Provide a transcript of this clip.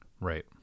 Right